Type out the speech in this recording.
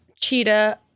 cheetah